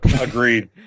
Agreed